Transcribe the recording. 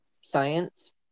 science